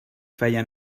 feien